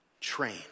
train